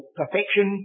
perfection